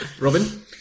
Robin